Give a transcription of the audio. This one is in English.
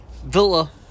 Villa